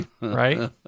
right